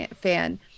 fan